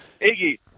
Iggy